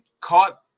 caught